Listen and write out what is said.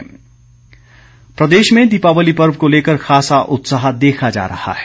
green Diwali प्रदेश में दीपावली पर्व को लेकर खासा उत्साह देखा जा रहा है